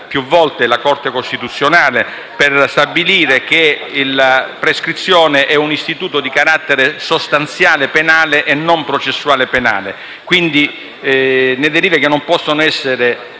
più volte la Corte costituzionale per stabilire che la prescrizione è un istituto di carattere sostanziale penale e non processuale penale; ne deriva che non possono essere